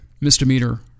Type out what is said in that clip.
misdemeanor